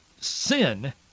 sin